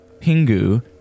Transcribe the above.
Pingu